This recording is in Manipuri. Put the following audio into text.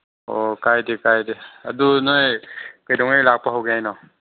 ꯑꯣ ꯀꯥꯏꯗꯦ ꯀꯥꯏꯗꯦ ꯑꯗꯣ ꯅꯣꯏ ꯀꯩꯗꯧꯉꯩ ꯂꯥꯛꯄ ꯍꯧꯒꯦ ꯍꯥꯏꯅꯣ